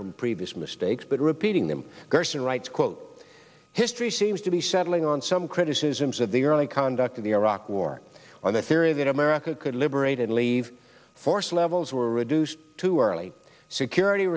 from previous mistakes but repeating them gerson writes quote history seems to be settling on some criticisms of the early conduct of the iraq war on the theory that america could liberate and leave force levels were reduced to early security